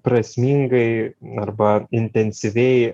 prasmingai arba intensyviai